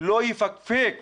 לא יפקפק